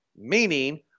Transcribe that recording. Meaning